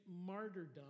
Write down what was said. martyrdom